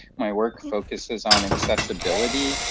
my work focuses on accessibility,